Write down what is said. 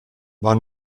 war